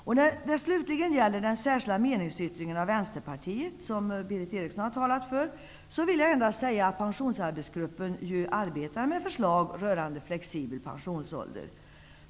När det slutligen gäller den särskilda meningsyttringen från Vänsterpartiet, som Berith Eriksson har talat för, vill jag endast säga att pensionsarbetsgruppen arbetar med förslag rörande flexibel pensionsålder.